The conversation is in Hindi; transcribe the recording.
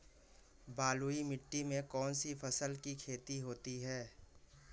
बलुई मिट्टी में कौनसी फसल की खेती होती है?